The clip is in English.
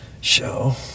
show